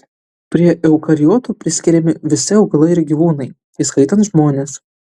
prie eukariotų priskiriami visi augalai ir gyvūnai įskaitant žmones